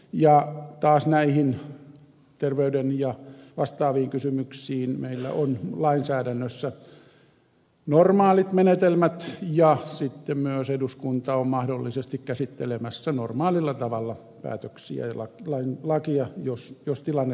taas näihin terveyden ja vastaaviin kysymyksiin meillä on lainsäädännössä normaalit menetelmät ja sitten myös eduskunta on mahdollisesti käsittelemässä normaalilla tavalla päätöksiä ja lakeja jos tilanne sellainen on